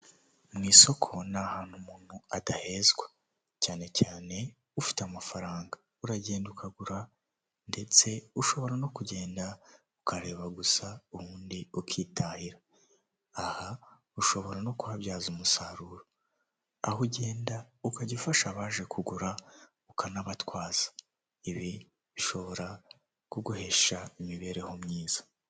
Mu isoko ni ahantu umuntu adahezwa, cyane cyane ufite amafaranga uragenda ukagura ndetse ushobora no kugenda ukareba gusa ubundi ukitahira, aha ushobora no kuhabyaza umusaruro, aho ugenda ukajya ufasha abaje kugura ukanabatwaza, ibi bishobora kuguhesha imibereho myiza.